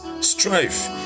Strife